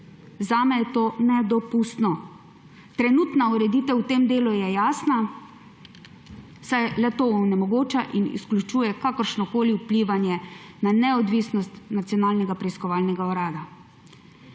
Zame je to nedopustno. Trenutna ureditev v tem delu je jasna, saj le-to onemogoča in izključuje kakršnokoli vplivanje na neodvisnost Nacionalnega preiskovalnega urada.